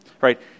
Right